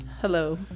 Hello